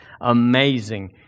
amazing